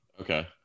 Okay